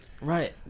Right